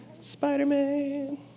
Spider-Man